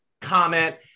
comment